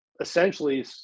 essentially